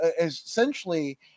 essentially